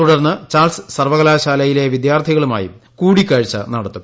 തുടർന്ന് ചാൾസ് സർവ്വകലാശാലയിലെ വിദ്യാർത്ഥികളുമായും കൂടിക്കാഴ്ച നടത്തും